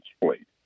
plate